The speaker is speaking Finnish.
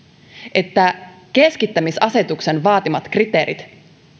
että keskittämisasetuksen vaatimat kriteerit